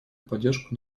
поддержку